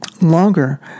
Longer